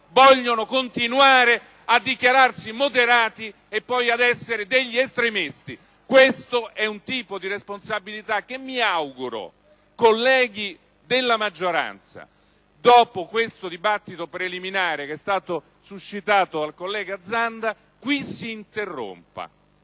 vogliono continuare a dichiararsi moderati e poi ad essere degli estremisti. Questo è un tipo di responsabilità che, mi auguro, colleghi della maggioranza, dopo questo dibattito preliminare suscitato dal collega Zanda si interrompa